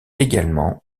également